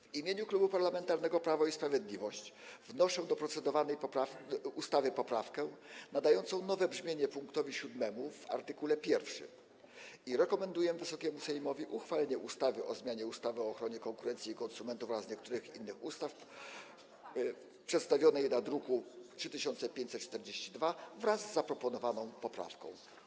W imieniu Klubu Parlamentarnego Prawo i Sprawiedliwość wnoszę do procedowanej ustawy poprawkę nadającą nowe brzmienie pkt 7 w art. 1 i rekomenduję Wysokiemu Sejmowi uchwalenie ustawy o zmianie ustawy o ochronie konkurencji i konsumentów oraz niektórych innych ustaw, druk nr 3542, wraz z zaproponowaną poprawką.